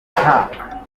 nta